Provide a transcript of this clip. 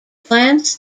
plants